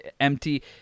empty